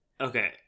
okay